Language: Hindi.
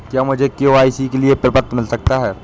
क्या मुझे के.वाई.सी के लिए प्रपत्र मिल सकता है?